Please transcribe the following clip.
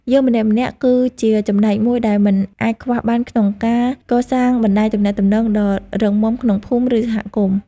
យើងម្នាក់ៗគឺជាចំណែកមួយដែលមិនអាចខ្វះបានក្នុងការកសាងបណ្ដាញទំនាក់ទំនងដ៏រឹងមាំក្នុងភូមិ ឬសហគមន៍។